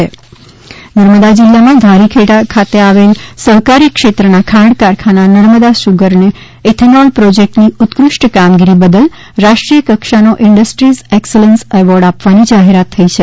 Narmada sugar ને award Narmada જિલ્લામાં ધારીખેડા ખાતે આવેલ સહકારી ક્ષેત્રના ખાંડ કારખાના નર્મદા સુગરને ઇથેનોલ પ્રોજેક્ટની ઉત્કૃષ્ટ કામગીરી બદલ રાષ્ટ્રીય કક્ષાનો ઇન્ડસ્ટ્રીઝ એક્સેલેન્સ એવોર્ડ આપવાની જાહેરાત થઈ છે